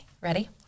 ready